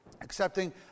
accepting